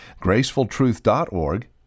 gracefultruth.org